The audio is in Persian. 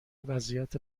وضعیت